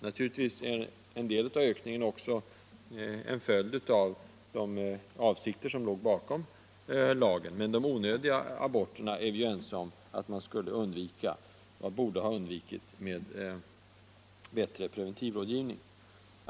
Naturligtvis är en del av uppgången också en följd av de avsikter som låg bakom lagen. Men vi är ju ense om att de onödiga aborterna borde undvikas med bättre preventivrådgivning.